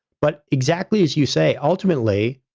but exactly as you say, ultimately,